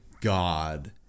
God